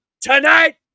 tonight